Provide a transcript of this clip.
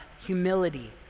humility